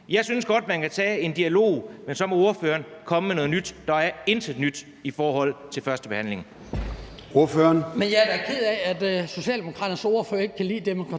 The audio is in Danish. Jeg synes godt, man kan tage en dialog, men så må ordføreren komme med noget nyt. Der er intet nyt i forhold til førstebehandlingen.